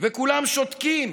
וכולם שותקים,